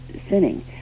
sinning